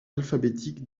alphabétique